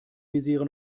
misere